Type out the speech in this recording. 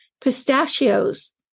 Pistachios